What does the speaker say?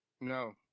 No